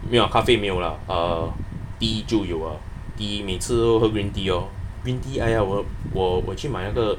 没有咖啡没有啊 err tea 就有 uh tea 每次喝 green tea lor green tea !aiya! 我我去买那个